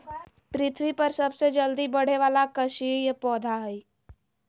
पृथ्वी पर सबसे जल्दी बढ़े वाला काष्ठिय पौधा हइ